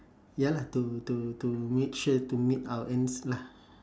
ya lah to to to make sure to meet our earns lah